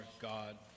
God